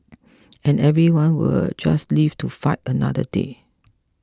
and everyone will just live to fight another day